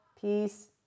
peace